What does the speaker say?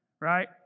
right